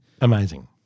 Amazing